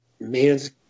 man's